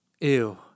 Ew